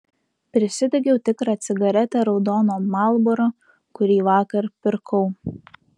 prisidegiau tikrą cigaretę raudono marlboro kurį vakar pirkau